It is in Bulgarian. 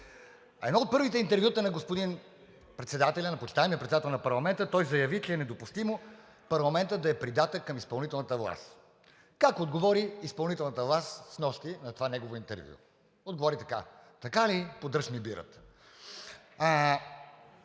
В едно от първите интервюта на господин председателя, на почитаемия председател на парламента, той заяви, че е недопустимо парламентът да е придатък към изпълнителната власт. Как отговори изпълнителната власт снощи на това негово интервю? Отговори така: „Така ли? Подръж ми бирата!“